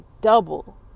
double